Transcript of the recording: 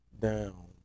down